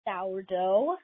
sourdough